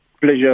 Pleasure